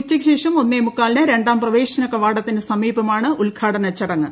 ഉച്ചയ്ക്കുശേഷം ഒന്നേമുക്കാലിന് രണ്ടാം പ്രവേശനകവാടത്തിന് സമീപമാണ് ഉദ്ഘാടന ചടങ്ങ്